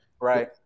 Right